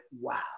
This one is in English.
wow